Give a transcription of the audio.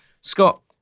Scott